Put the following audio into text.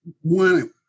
one